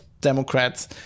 Democrats